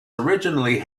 originally